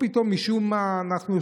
ופה פתאום משום מה אנחנו,